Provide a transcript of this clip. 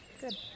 Good